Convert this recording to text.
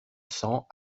cents